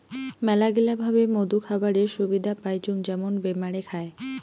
মেলাগিলা ভাবে মধু খাবারের সুবিধা পাইচুঙ যেমন বেমারে খায়